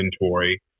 inventory